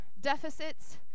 deficits